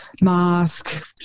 mask